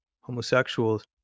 homosexuals